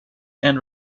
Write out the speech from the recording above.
and